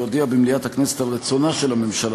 להודיע במליאת הכנסת על רצונה של הממשלה